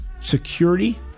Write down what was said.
security